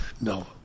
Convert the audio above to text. no